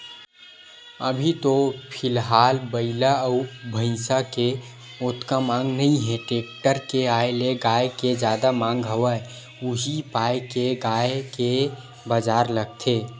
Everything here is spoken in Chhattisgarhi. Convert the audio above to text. अभी तो फिलहाल बइला अउ भइसा के ओतका मांग नइ हे टेक्टर के आय ले गाय के जादा मांग हवय उही पाय के गाय के बजार लगथे